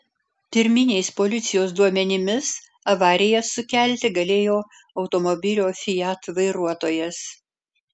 pirminiais policijos duomenimis avariją sukelti galėjo automobilio fiat vairuotojas